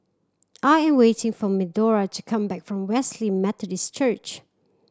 I am waiting for Medora to come back from Wesley Methodist Church